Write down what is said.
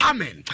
Amen